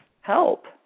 help